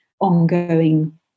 ongoing